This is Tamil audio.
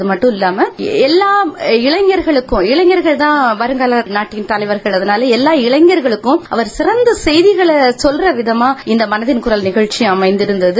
அதுமட்டுமல்லாம இளைஞர்களுக்கும் இளைஞர்கள் தான் வருங்கால தலைவர்கள் அதனால எல்லா இளைஞர்களுக்கும் சிறந்த செப்திகளை சொல்ற விதமாக இந்த மனதின் குரல் நிகழ்ச்சி அமைந்திருக்கிறது